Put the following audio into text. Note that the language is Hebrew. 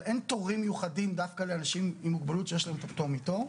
אבל אין תורים מיוחדים דווקא עם מוגבלות שיש להם את הפטור מתור.